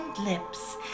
lips